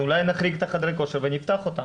אז אולי נחריג את חדרי הכושר ונפתח אותם?